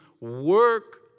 work